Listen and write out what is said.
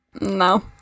No